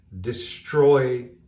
destroy